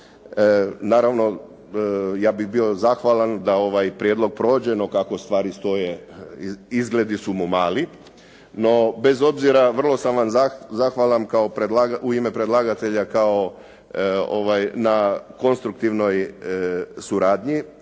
Naravno, ja bih bio zahvalan da ovaj prijedlog prođe, no kako stvari stoje, izgledi su mu mali. No, bez obzira, vrlo sam vam zahvalan u ime predlagatelj na konstruktivnoj suradnji